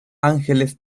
ángeles